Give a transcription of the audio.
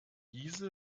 diese